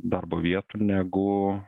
darbo vietų negu